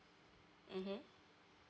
mmhmm